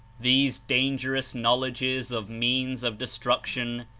these dangerous knowledges of means of destruc tion,